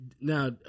Now